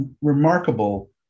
remarkable